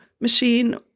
machine